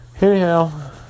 Anyhow